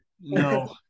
No